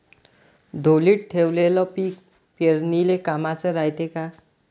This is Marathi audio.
ढोलीत ठेवलेलं पीक पेरनीले कामाचं रायते का?